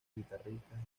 guitarristas